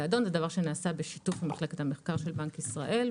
נעשה בשיתוף מחלקת המחקר של בנק ישראל.